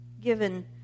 given